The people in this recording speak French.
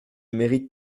mérite